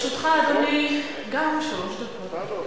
גם לרשותך, אדוני, שלוש דקות.